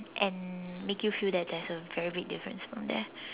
and make you feel that there's a very big difference from there